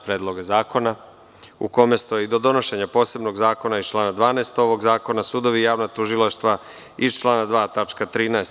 Predloga zakona u kome stoji: „Do donošenja posebno zakona iz člana 12. ovog zakona, sudovi i javna tužilaštva iz člana 2. tačka 13.